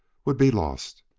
would be lost.